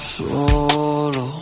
solo